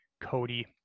Cody